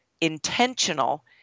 intentional